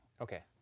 Okay